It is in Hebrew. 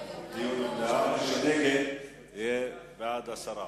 דיון במליאה, ומי שנגד יהיה בעד הסרה.